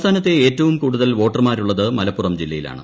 സംസ്ഥാനത്തെ ഏറ്റവും കൂടുതൽ വോട്ടർമാരുള്ളത് മലപ്പുറം ജില്ലയിലാണ്